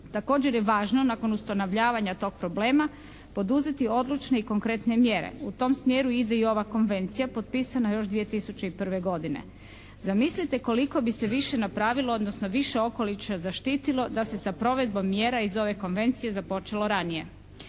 Također je važno nakon ustanovljavanja tog problema poduzeti odlučne i konkretne mjere. U tom smjeru ide i ova Konvencija potpisana još 2001. godine. Zamislite koliko bi se više napravilo odnosno više okoliša zaštitilo da se sa provedbom mjera iz ove Konvencije započelo ranije.